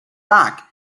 back